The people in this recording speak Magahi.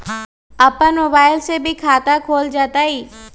अपन मोबाइल से भी खाता खोल जताईं?